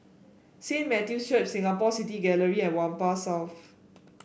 Saint Matthew's Church Singapore City Gallery and Whampoa South